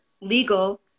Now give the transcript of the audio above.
legal